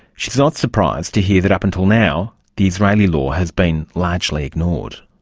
she is not surprised to hear that up until now the israeli law has been largely ignored.